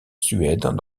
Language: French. suède